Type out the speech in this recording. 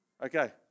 Okay